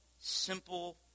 simple